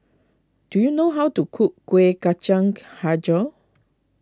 do you know how to cook Kueh Kacang HiJau